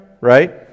right